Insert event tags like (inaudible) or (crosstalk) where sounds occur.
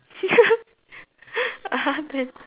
(laughs) (uh huh) then